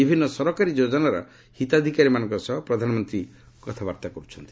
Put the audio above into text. ବିଭିନ୍ନ ସରକାରୀ ଯୋଜନାର ହିତାଧିକାରୀମାନଙ୍କ ସହ ପ୍ରଧାନମନ୍ତ୍ରୀ କଥାବାର୍ତ୍ତା କରୁଛନ୍ତି